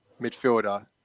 midfielder